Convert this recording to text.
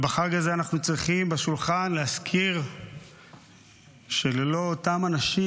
ובחג הזה אנחנו צריכים בשולחן להזכיר שללא אותם אנשים